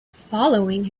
following